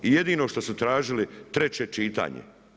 I jedino što su tražili treće čitanje.